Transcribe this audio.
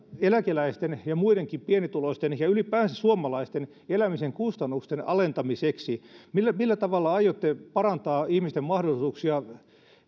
eläkeläisten ja muidenkin pienituloisten ja ylipäänsä suomalaisten elämisen kustannusten alentamiseksi millä millä tavalla aiotte parantaa ihmisten mahdollisuuksia